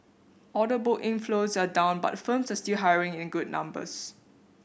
order book inflows are down but firms are still hiring in good numbers